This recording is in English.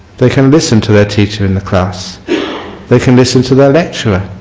they can listen to their teacher in the class they can listen to their lecturer